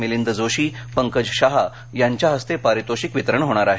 मिलिंद जोशी पंकज शहा यांच्या हस्ते पारितोषिक वितरण होणार आहे